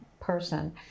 person